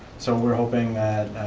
so we're hoping